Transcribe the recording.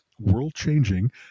world-changing